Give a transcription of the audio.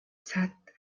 саад